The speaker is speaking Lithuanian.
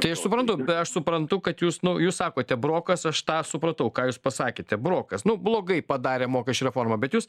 tai aš suprantu aš suprantu kad jūs naujus sakote brokas aš tą supratau ką jūs pasakėte brokas nu blogai padarė mokesčių reformą bet jūs